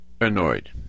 annoyed